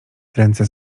ręce